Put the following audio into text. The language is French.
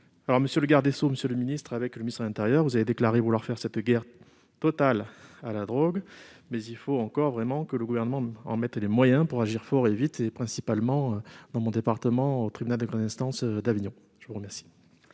Monsieur le garde des sceaux, monsieur le ministre, avec le ministre de l'intérieur, vous avez déclaré vouloir faire cette guerre totale à la drogue. Encore faut-il que le Gouvernement mette les moyens pour agir fort et vite, principalement dans mon département, au tribunal de grande instance d'Avignon. La parole